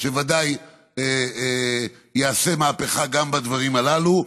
שבוודאי יעשה מהפכה גם בדברים הללו.